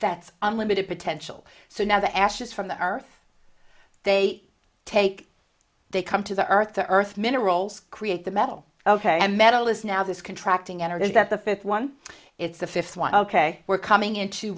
that's unlimited potential so now the ashes from the earth they take they come to the earth the earth minerals create the metal ok and metal is now this contract in energy is that the fifth one it's the fifth one ok we're coming into